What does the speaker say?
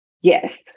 Yes